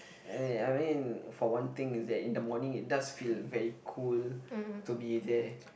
I mean for one thing is that in the morning it does feel very cool to be there